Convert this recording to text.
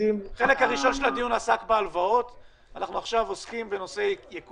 ועכשיו הם עוד יצטרכו לממן את העלאת השכר